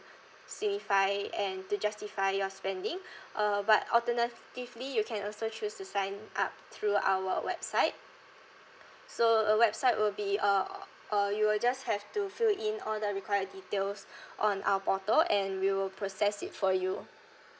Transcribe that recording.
signify and to justify your spending uh but alternatively you can also choose to sign up through our website so a website will be uh o~ uh you will just have to fill in all the required details on our portal and we will process it for you